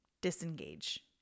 disengage